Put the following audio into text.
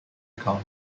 account